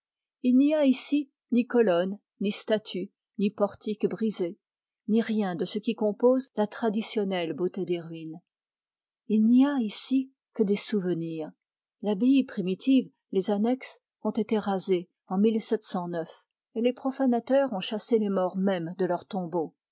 il n'y a ici ni colonnes ni statues ni portiques brisés ni rien de ce qui compose la traditionnelle beauté des ruines il n'y a ici que des souvenirs l'abbaye primitive les annexes on été rasées en et les profanateurs ont chassé les morts mêmes de leurs tombeau